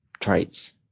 traits